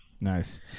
Nice